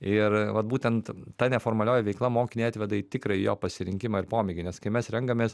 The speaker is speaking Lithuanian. ir va būtent ta neformalioji veikla mokinį atveda į tikrąjį jo pasirinkimą ir pomėgį nes kai mes renkamės